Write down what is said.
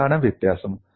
എന്താണ് വ്യത്യാസം